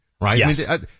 right